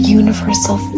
universal